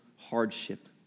hardship